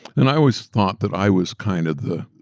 and i always thought that i was kind of the